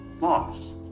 loss